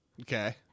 Okay